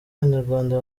abanyarwanda